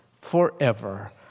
forever